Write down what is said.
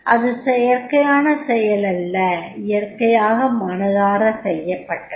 அது செயற்கையான செயல் அல்ல இயற்கையாக மனதார செய்யப்பட்டது